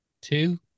two